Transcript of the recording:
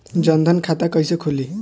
जनधन खाता कइसे खुली?